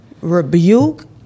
Rebuke